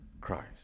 Christ